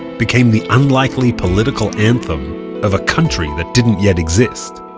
became the unlikely political anthem of a country that didn't yet exist